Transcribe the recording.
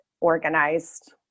organized